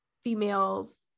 females